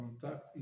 contact